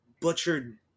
butchered